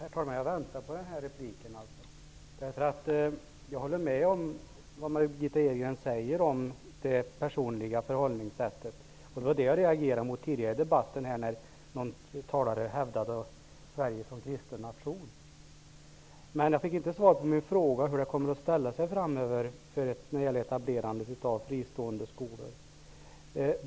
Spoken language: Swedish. Herr talman! Jag väntade på den här repliken. Jag håller med om vad Margitta Edgren säger om det personliga förhållningssättet. Jag reagerade mot att en talare tidigare i debatten hävdade Sverige som kristen nation. Jag fick inte svar på min fråga om hur det kommer att ställa sig framöver när det gäller etablerandet av fristående skolor.